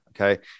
Okay